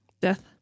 death